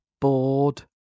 bored